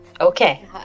Okay